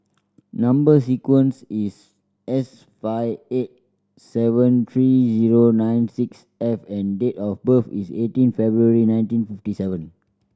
number sequence is S five eight seven three zero nine six F and date of birth is eighteen February nineteen fifty seven